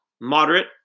moderate